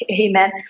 Amen